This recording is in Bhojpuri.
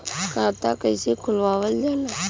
खाता कइसे खुलावल जाला?